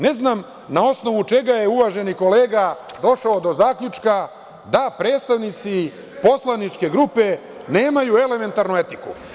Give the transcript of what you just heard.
Ne znam na osnovu čega je uvaženi kolega došao do zaključka da predstavnici poslaničke grupe nemaju elementarnu etiku.